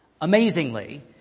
Amazingly